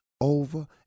over